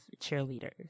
cheerleaders